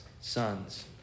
sons